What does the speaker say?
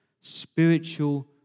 spiritual